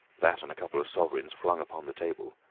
that and a couple of sovereigns flung upon the table,